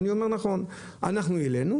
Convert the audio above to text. אנחנו העלינו,